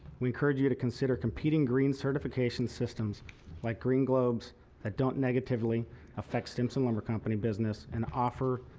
we encourage you to consider competing green certification systems like green globes that don't negatively affect stimson lumber company business and offer,